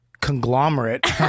conglomerate